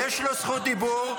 יש לו זכות דיבור,